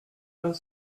pas